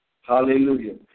Hallelujah